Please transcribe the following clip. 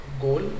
goal